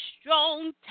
strong